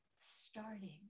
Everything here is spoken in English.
starting